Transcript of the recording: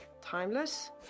timeless